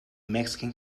mexican